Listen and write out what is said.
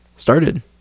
started